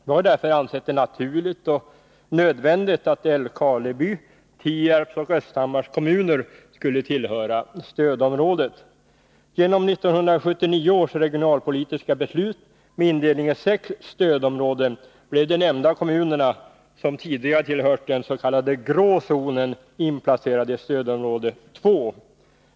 Vi har därför ansett det naturligt och nödvändigt att Älvkarleby, Tierps och Östhammars kommuner skulle tillhöra stödområdet. Genom 1979 års regionalpolitiska beslut med indelning i sex stödområden blev de nämnda kommunerna, som tidigare tillhört den s.k. grå zonen, inplacerade i stödområde 2.